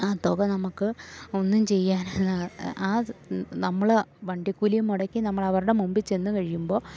ആ തുക നമുക്ക് ഒന്നും ചെയ്യാനല്ല ആ നമ്മള് വണ്ടിക്കൂലിയും മുടക്കി നമ്മളവരുടെ മുൻപിൽ ചെന്ന് കഴിയുമ്പോൾ